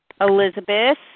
Elizabeth